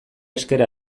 esker